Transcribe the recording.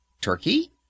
Turkey